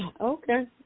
Okay